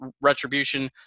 Retribution